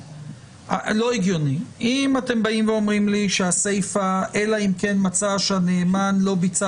אם אתם באים ואומרים לי שהסעיף אלא אם כן מצא שהנאמן לא ביצע